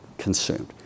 Consumed